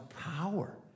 power